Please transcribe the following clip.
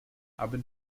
haben